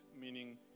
meaning